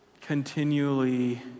continually